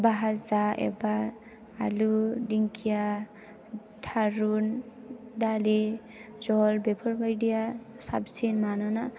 भाजा एबा आलु दिंखिया थारुन दालि जल बेफोरबायदिया साबसिन मानोना